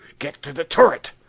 get to the turret!